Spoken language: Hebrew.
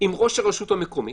עם ראש הרשות המקומית.